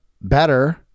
better